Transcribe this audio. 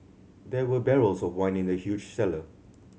there were barrels of wine in the huge cellar